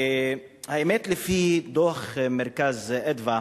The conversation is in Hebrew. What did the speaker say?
האמת, לפי דוח "מרכז אדוה",